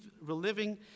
reliving